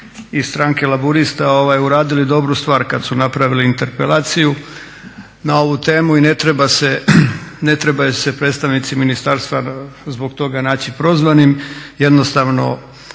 iz stranke Laburista uradili dobru stvar kada su napravili interpelaciju na ovu temu i ne trebaju se predstavnici ministarstva zbog toga naći prozvanim. Jednostavno